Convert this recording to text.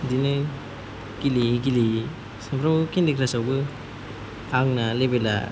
बिदिनो गेलेयै गेलेयै सामफ्रामबो केन्डि क्राश आबो आंना लेबेला